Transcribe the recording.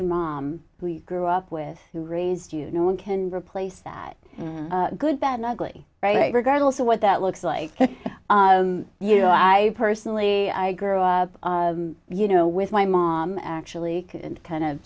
your mom who you grew up with who raised you no one can replace that good bad ugly right regardless of what that looks like you know i personally i grew up you know with my mom actually kind of